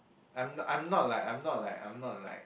I'm I'm not like I'm not like I'm not like